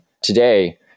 today